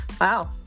Wow